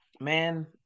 man